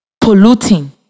polluting